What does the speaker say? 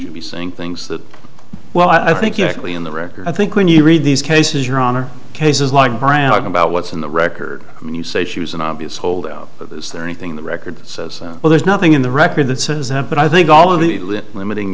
you be saying things that well i think you're actually on the record i think when you read these cases your honor cases like brown argue about what's in the record you say she was an obvious holdout is there anything in the record says well there's nothing in the record that says that but i think all of the limiting